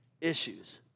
issues